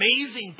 amazing